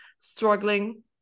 struggling